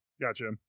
Gotcha